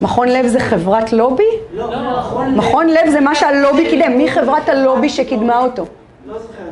מכון לב זה חברת לובי? מכון לב זה מה שהלובי קידם מי חברת הלובי שקידמה אותו?